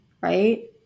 right